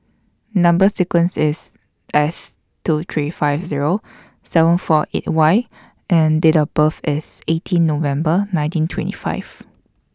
Number sequence IS S two three five Zero seven four eight Y and Date of birth IS eighteen November nineteen twenty five